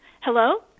Hello